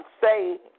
say